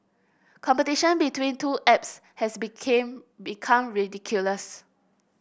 competition between two apps has became become ridiculous